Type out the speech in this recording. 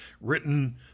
written